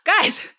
guys